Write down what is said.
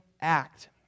act